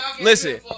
listen